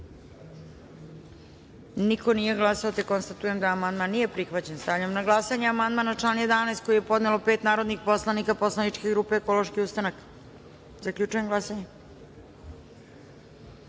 niko nije glasao. Konstatujem da amandman nije prihvaćen. Stavljam na glasanje amandman na član 20. koji je podnelo pet narodnih poslanika posleničke grupe Ekološki ustanak. Zaključujem glasanje: